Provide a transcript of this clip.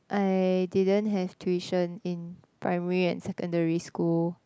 I didn't have tuition in primary and secondary school